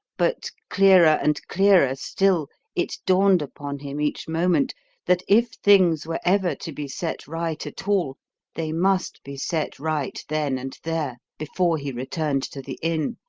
but clearer and clearer still it dawned upon him each moment that if things were ever to be set right at all they must be set right then and there, before he returned to the inn,